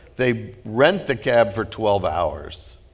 they rent the cab for twelve hours,